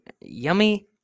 yummy